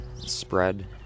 spread